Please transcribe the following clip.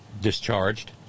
discharged